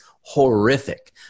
horrific